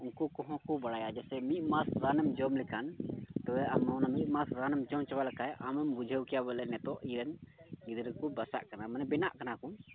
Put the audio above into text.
ᱩᱱᱠᱩ ᱠᱚᱦᱚᱸ ᱠᱚ ᱵᱟᱲᱟᱭᱟ ᱡᱮᱭᱥᱮ ᱢᱤᱫ ᱢᱟᱥ ᱨᱟᱱ ᱮᱢ ᱡᱚᱢ ᱞᱮᱠᱷᱟᱱ ᱛᱚᱵᱮ ᱟᱢ ᱢᱤᱫ ᱢᱟᱥ ᱨᱟᱱ ᱮᱢ ᱡᱚᱢ ᱪᱟᱵᱟ ᱞᱮᱠᱷᱟᱡ ᱟᱢᱮᱢ ᱵᱩᱡᱷᱟᱹᱣ ᱠᱮᱭᱟ ᱵᱚᱞᱮ ᱱᱤᱛᱚᱜ ᱤᱧᱨᱮᱱ ᱜᱤᱫᱽᱨᱟᱹ ᱠᱚ ᱵᱟᱥᱟᱜ ᱠᱟᱱᱟ ᱵᱮᱱᱟᱜ ᱠᱟᱱᱟ ᱠᱚ